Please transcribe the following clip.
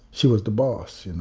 she was the boss, you know?